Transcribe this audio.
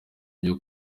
cyo